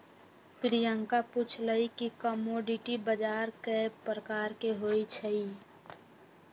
प्रियंका पूछलई कि कमोडीटी बजार कै परकार के होई छई?